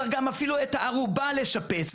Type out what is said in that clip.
צריך אפילו את הארובה לשפץ,